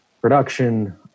production